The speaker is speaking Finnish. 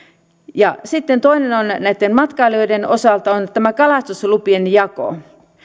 ja sitten toinen on matkailijoiden osalta tämä kalastuslupien jako